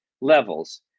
levels